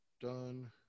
Done